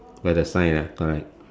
by the sign lah correct